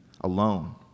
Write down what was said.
alone